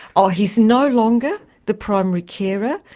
ah he's no longer the primary carer,